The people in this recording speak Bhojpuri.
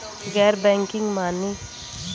गैर बैंकिंग माने?